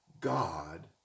God